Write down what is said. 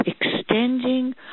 extending